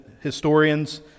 historians